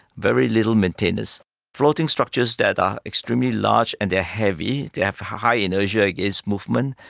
very little maintenance. floating structures that are extremely large and they are heavy, they have high inertia against movement,